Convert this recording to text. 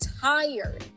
tired